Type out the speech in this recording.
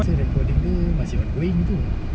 recording tu masih ongoing ke